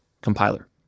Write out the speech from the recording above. compiler